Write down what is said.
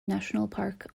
nationalpark